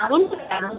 ಹಾಂ ಉಂಟು ಉಂಟು